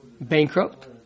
bankrupt